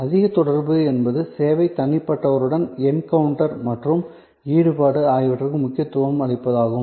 அதிக தொடர்பு என்பது சேவை தனிப்பட்டவருடன் என்கவுண்டர் மற்றும் ஈடுபாடு ஆகியவற்றிற்கு முக்கியத்துவம் அளிப்பதாகும்